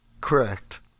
Correct